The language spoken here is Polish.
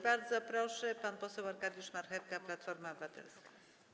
Bardzo proszę, pan poseł Arkadiusz Marchewka, Platforma Obywatelska.